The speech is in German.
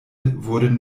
wurden